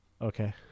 Okay